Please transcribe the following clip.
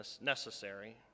necessary